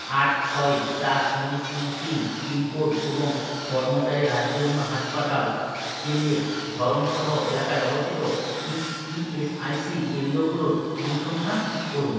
আট ছয় চার শূন্য শূন্য তিন পিনকোড এবং কর্মচারী রাজ্য বীমা হাসপাতাল কেন্দ্রের ধরন সহ এলাকায় অবস্থিত ইস ইএসআইসি কেন্দ্রগুলোর অনুসন্ধান করুন